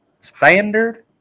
Standard